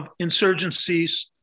insurgencies